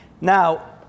now